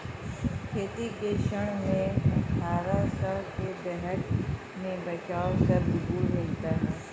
खेती के क्षेत्र में अट्ठारह सौ के दशक में बचाव शब्द गौण मिलता है